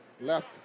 left